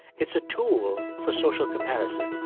it's a tool for social comparison.